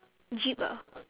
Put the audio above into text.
jeep ah